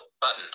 button